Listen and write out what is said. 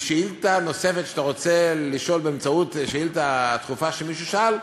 בשאילתה נוספת שאתה רוצה לשאול באמצעות שאילתה דחופה שמישהו שאל,